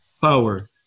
power